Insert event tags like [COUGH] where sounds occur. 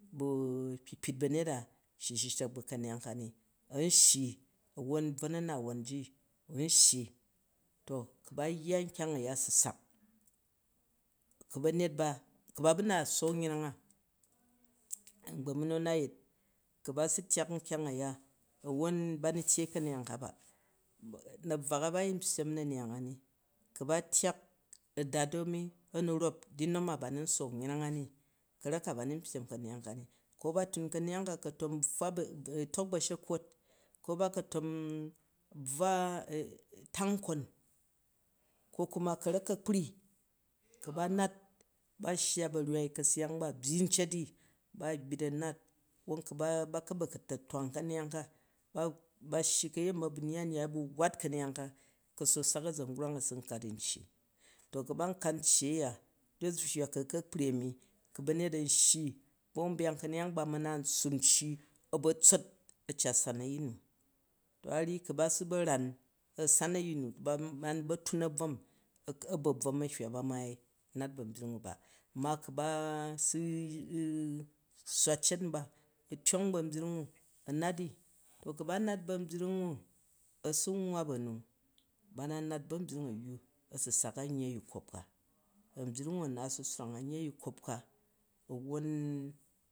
Bu kpikpit ba̱nyet a̱ shyi shishrek ba̱ ka̱neyang ka ni nshy won bvon a̱nawon ji n shyi. To ku ba yya nkyang a ya a̱ su sak, ku ba̱nyet ba, ku ba ba naat sook yreng a, a̱ngbok nu a̱ na yet, ku̱ ba su tyak nkyang a ya ba nu tyei ka̱neyang ka ba, na̱bvwa na ba yin npyem ani, ku ba tyak a̱dat u nu a̱ mi a̱ nu rop di nom a ba nu n sook yrreng a ni di ka̱rak ka ba nu npyem ka̱neyang ka ni, ko ba tun ka̱neyang ka, a̱ ka tom bvwa, tok ba̱shek kwot ko ba ka tom buwa tang nkon ko kuma ka̱rak ka̱kpri, ku̱ ba nat bas shya ba̱rywai ka̱seyang ba a̱ byi, neet ni ba gbyit a̱ nat, ku̱ ba lka ba̱ta̱twang ka̱neyang ka ba, ba shyi ka̱yemi a ba̱ nyai-u nyai a bu̱ wat ka̱neyang ka a̱ ka sook a̱ sak a̱zangurang a̱ su nkat ncci, to ku̱ ba nkat ncci aya rorok zu hywa ku̱ aka̱kpri a̱mi ku̱ banyet an shyi ba̱wumbeyang ka̱myang ba a̱ ma na nstwup ncci a̱ ba̱ tsot a̱ cat san a̱yin nu, to a ryi ku̱ ba su ba̱ ran a̱ san a̱yin nu, ba mu ba̱ tun a̱bvom, a̱ ba bvom a̱ hywa ba maai nat bu̱ a̱nbyring u ba, ma ku̱ ba su swa cet. nba a̱ tyong ba̱ a̱nbyring u a̱ nat di, ka̱ ba nat bu̱ a̱nbrying u a̱ su nwa mi ba na nat bu a̱mbyring a yyu a̱ su sak a̱nyyi a̱yikop ka, a̱nbyring ua̱ nat a̱ su swrang a̱nyi a̱yikop ka [UNINTELLIGIBLE]